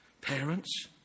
Parents